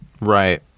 Right